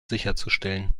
sicherzustellen